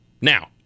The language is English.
Now